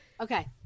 Okay